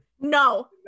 no